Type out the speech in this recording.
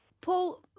Paul